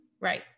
Right